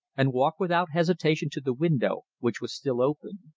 and walked without hesitation to the window, which was still open.